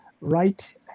right